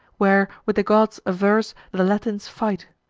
where, with the gods, averse, the latins fight.